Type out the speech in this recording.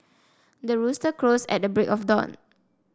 the rooster crows at the break of dawn